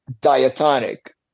diatonic